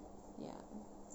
ya